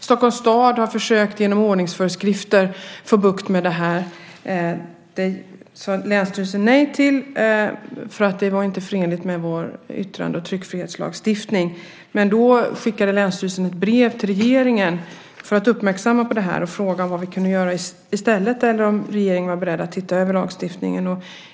Stockholms stad har genom ordningsföreskrifter försökt få bukt med det, men Länsstyrelsen i Stockholms län sade nej eftersom det inte var förenligt med vår yttrande och tryckfrihetslagstiftning. Då skickade länsstyrelsen ett brev till regeringen för att uppmärksamma den på problemet och fråga vad de kunde göra i stället eller om regeringen var beredd att se över lagstiftningen.